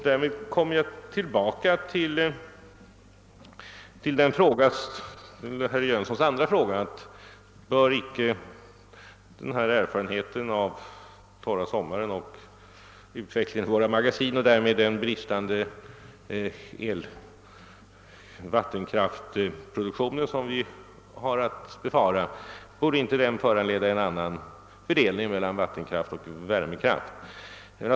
Därmed kommer jag tillbaka till herr Jönssons i Ingemarsgården andra fråga: Bör icke denna erfarenhet av den torra sommaren och utvecklingen beträffande våra magasin och den brist i fråga om vattenkraftproduktionen som vi har att befara föranleda en annan fördelning mellan vattenkraft och värmekraft?